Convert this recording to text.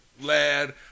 Lad